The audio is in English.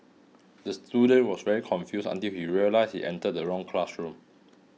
the student was very confused until he realised he entered the wrong classroom